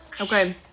Okay